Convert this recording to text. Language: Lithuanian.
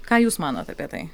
ką jūs manot apie tai